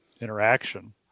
interaction